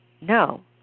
No